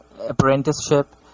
apprenticeship